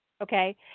Okay